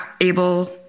able